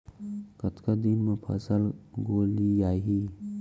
कतका दिन म फसल गोलियाही?